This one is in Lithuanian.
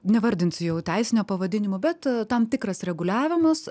nevardinsiu jau teisinio pavadinimo bet tam tikras reguliavimas